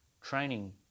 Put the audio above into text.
Training